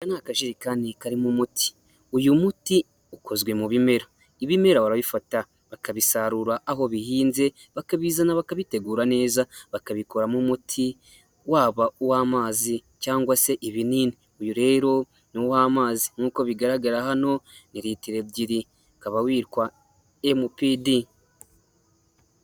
Aka ni akajerekani karimo umuti, uyu muti ukozwe mu bimera ibimera barabifata bakabisarura aho bihinze bakabizana bakabitegura neza bakabikuramo; umuti waba uw'amazi cyangwa se ibinini, uyu rero ni uw'amazi nk'uko bigaragara hano ni litiro ebyiri, ukaba witwa Emupidi.